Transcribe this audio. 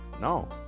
No